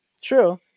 True